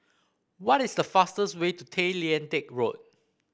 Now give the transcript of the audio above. what is the fastest way to Tay Lian Teck Road